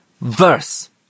verse